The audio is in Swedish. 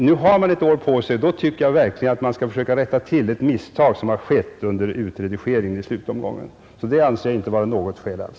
Jag tycker verkligen att man skall försöka rätta till ett misstag som har begåtts under utredigeringen i slutomgången. Att lagen inte trätt i kraft anser jag alltså inte vara något skäl alls.